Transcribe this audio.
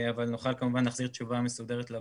אבל נוכל כמובן להחזיר תשובה מסודרת לוועדה.